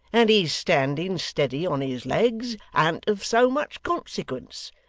and his standing steady on his legs an't of so much consequence.